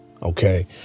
Okay